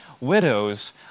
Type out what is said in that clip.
widows